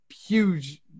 huge